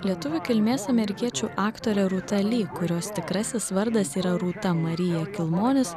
lietuvių kilmės amerikiečių aktorė rūta lee kurios tikrasis vardas yra rūta marija kelmonis